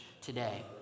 today